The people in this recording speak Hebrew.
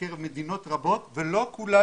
בקרב מדינות רבות ולא כולה,